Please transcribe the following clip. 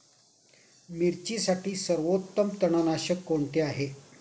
मिरचीसाठी सर्वोत्तम तणनाशक कोणते आहे?